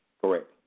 Correct